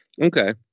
Okay